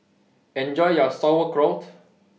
Enjoy your Sauerkraut